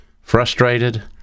frustrated